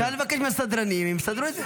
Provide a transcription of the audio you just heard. אפשר לבקש מהסדרנים, הם יסדרו את זה.